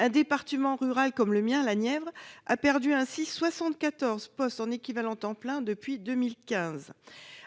Un département rural comme le mien, la Nièvre, a ainsi perdu 74 postes en équivalents temps plein (ETP) depuis 2015.